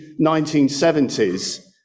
1970s